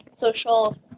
social